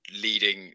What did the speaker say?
leading